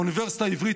האוניברסיטה העברית,